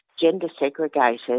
gender-segregated